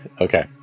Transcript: Okay